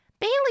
bailey